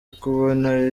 kubona